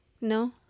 No